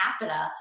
capita